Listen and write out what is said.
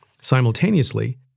simultaneously